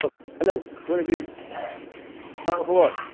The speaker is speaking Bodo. हेल' गुड इभेनिं मा खबर